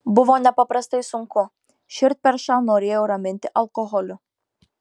buvo nepaprastai sunku širdperšą norėjo raminti alkoholiu